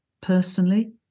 personally